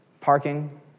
Parking